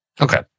Okay